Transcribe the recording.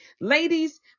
Ladies